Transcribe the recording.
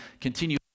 continue